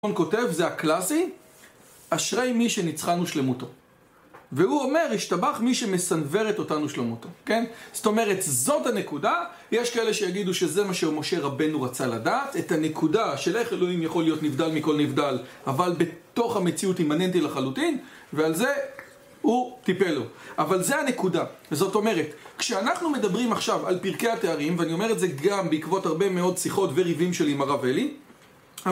הוא כותב, זה הקלאסי: אשרי מי שניצחנו שלמותו. והוא אומר: ישתבח מי שמסנוורת אותנו שלמותו. כן? זאת אומרת, זאת הנקודה: יש כאלה שיגידו שזה מה שמשה רבנו רצה לדעת: את הנקודה של איך אלוהים יכול להיות נבדל מכל נבדל, אבל בתוך המציאות אימננטי לחלוטין. ועל זה הוא טיפל לו. אבל זה הנקודה, זאת אומרת, כשאנחנו מדברים עכשיו על פרקי התארים ואני אומר את זה גם בעקבות הרבה מאוד שיחות וריבים שלי עם הרב אלי